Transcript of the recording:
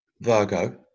Virgo